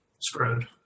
screwed